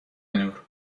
نور